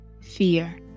fear